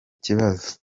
kibazo